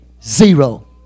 Zero